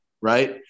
Right